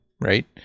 right